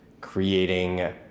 creating